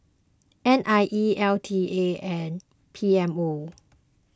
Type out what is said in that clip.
N I E L T A and P M O